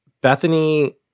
Bethany